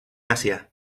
asia